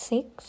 Six